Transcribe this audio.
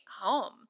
home